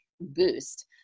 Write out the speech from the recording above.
boost